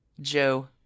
Joe